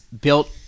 built